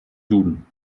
duden